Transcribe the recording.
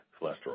cholesterol